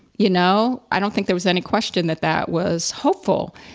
you know, i don't think there was any question that that was hopeful.